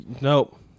Nope